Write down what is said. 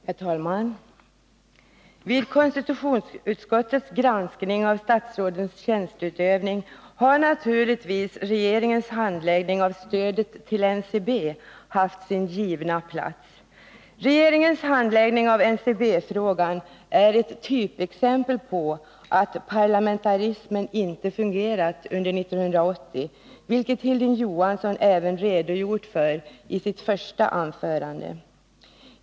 Herr talman! Vid konstitutionsutskottets granskning av statsrådens tjänsteutövning har naturligtvis regeringens handläggning av stödet till NCB haft sin givna plats. Regeringens handläggning av NCB-frågan är ett typexempel på att parlamentarismen inte fungerat under 1980, vilket Hilding Johansson även redogjort för i sitt första anförande.